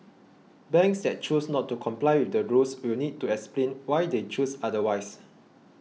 banks that choose not to comply with the rules will need to explain why they chose otherwise